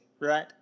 right